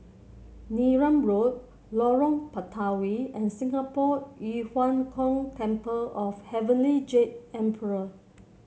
Neram Road Lorong Batawi and Singapore Yu Huang Gong Temple of Heavenly Jade Emperor